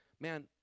man